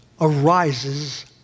arises